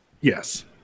Yes